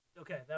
Okay